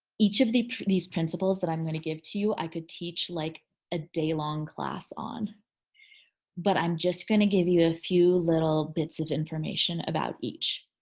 each of these principles that i'm gonna give to you i could teach like a day-long class on but i'm just gonna give you a few little bits of information about each.